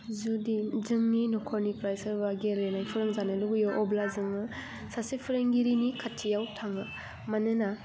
जुदि जोंनि न'खरनिफ्राय सोरबा गेलेनाय फोरोंजानो लुबैयो अब्ला जोङो सासे फोरोंगिरिनि खाथियाव थाङो मानोना